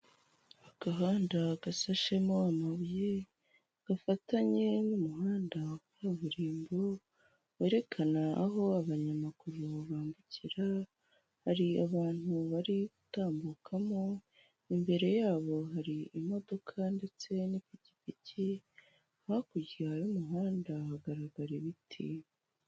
Agahanda gasashemo amabuye gafatanye n'umuhanda wa kaburimbo, werekana aho abanyamaguru bambukira, hari abantu bari gutambukamo, imbere yabo hari imodoka ndetse n'ipikipiki hakurya y'umuhanda hagaragara ibiti.